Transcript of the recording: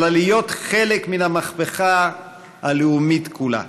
אלא להיות חלק מהמהפכה הלאומית כולה.